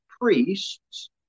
priests